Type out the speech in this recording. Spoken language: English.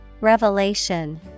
revelation